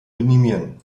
minimieren